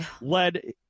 led